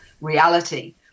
reality